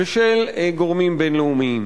ושל גורמים בין-לאומיים.